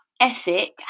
ethic